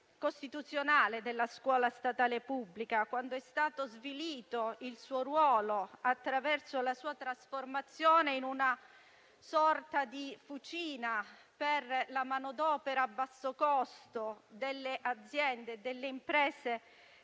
costituzionale della scuola statale pubblica, quando è stato svilito il suo ruolo, attraverso la sua trasformazione in una sorta di fucina per la manodopera a basso costo delle aziende e delle imprese